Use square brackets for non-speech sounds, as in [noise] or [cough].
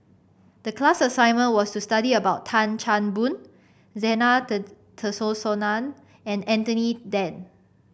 the class assignment was to study about Tan Chan Boon Zena [unintelligible] Tessensohn and Anthony Then